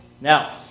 Now